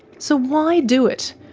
so why do it?